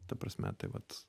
ta prasme tai vat